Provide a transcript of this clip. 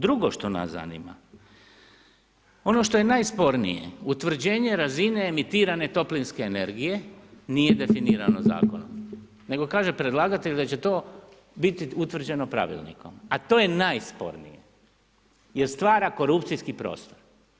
Drugo što nas zanima, ono što je najspornije, utvrđenje razine emitirane toplinske energije nije definirano zakonom, nego kaže predlagatelj da će to biti utvrđeno pravilnikom, a to je najspornije jer stvara korupcijski prostor.